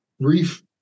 brief